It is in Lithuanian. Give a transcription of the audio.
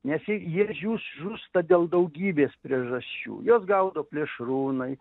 nes jie žiūs žūsta dėl daugybės priežasčių juos gaudo plėšrūnai